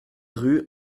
rue